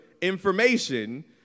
information